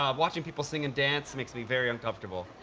um watching people sing and dance makes me very uncomfortable.